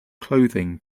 clothing